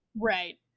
right